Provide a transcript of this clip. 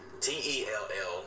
t-e-l-l